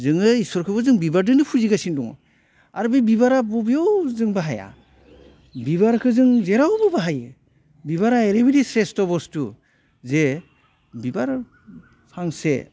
जोङो इसरखौबो जों बिबारदोंनो फुजिगासिनो दङ आरो बे बिबारा बबेयाव जों बाहाया बिबारखो जों जेरावबो बाहायो बिबारा एरैबायदि स्रेस्ट' बस्थु जे बिबार फांसे